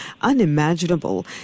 unimaginable